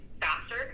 faster